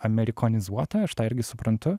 amerikonizuota aš tą irgi suprantu